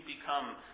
become